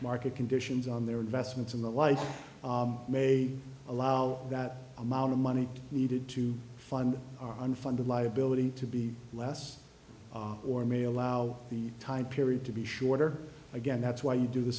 market conditions on their investments in the life may allow that amount of money needed to fund our unfunded liability to be less or may allow the time period to be shorter again that's why you do the